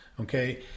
Okay